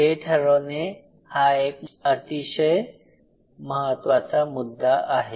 हे ठरवणे हा एक अतिशय महत्त्वाचा मुद्दा आहे